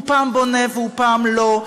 הוא פעם בונה והוא פעם לא,